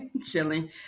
chilling